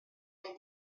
wnei